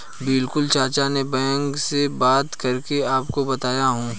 बिल्कुल चाचा में बैंक से बात करके आपको बताता हूं